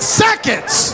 seconds